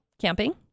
camping